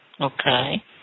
Okay